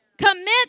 Commit